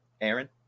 Aaron